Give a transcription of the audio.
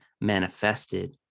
manifested